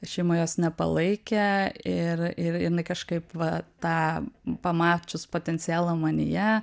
šeima jos nepalaikė ir ir jinai kažkaip va tą pamačius potencialą manyje